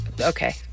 Okay